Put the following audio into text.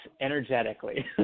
energetically